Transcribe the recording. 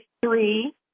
three